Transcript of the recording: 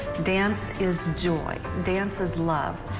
dance is joy. dance is love.